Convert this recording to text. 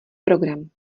program